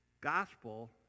gospel